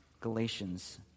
Galatians